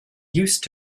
used